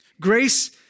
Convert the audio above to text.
Grace